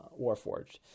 warforged